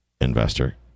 investor